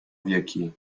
wieki